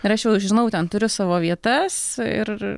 ir aš jau žinau ten turiu savo vietas ir